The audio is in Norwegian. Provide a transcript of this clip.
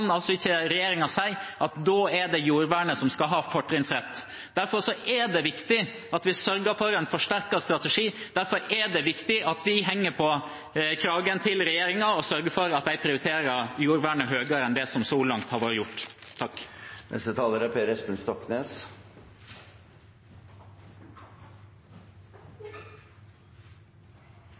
altså ikke regjeringen si at det er jordvernet som skal ha fortrinnsrett. Derfor er det viktig at vi sørger for en forsterket strategi, derfor er det viktig at vi henger i kragen til regjeringen og sørger for at den prioriterer jordvernet høyere enn det som så langt har vært gjort.